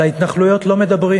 על ההתנחלויות לא מדברים,